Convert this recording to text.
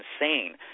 insane